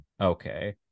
Okay